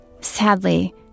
Sadly